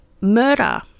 Murder